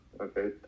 okay